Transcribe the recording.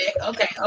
okay